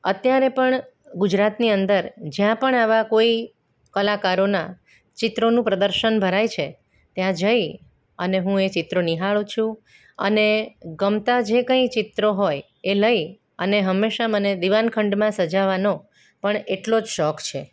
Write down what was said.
અત્યારે પણ ગુજરાતની અંદર જ્યાં પણ આવા કોઈ કલાકારોનાં ચિત્રોનું પ્રદર્શન ભરાય છે ત્યાં જઈ અને હું એ ચિત્રો નિહાળું છું અને ગમતાં જે કંઈ ચિત્ર હોય એ લઈ અને હંમેશા મને દિવાન ખંડમાં સજાવવાનો પણ એટલો જ શોખ છે